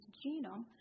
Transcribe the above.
genome